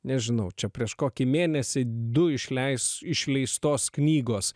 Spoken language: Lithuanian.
nežinau čia prieš kokį mėnesį du išleis išleistos knygos